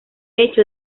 hecho